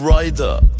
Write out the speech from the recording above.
Rider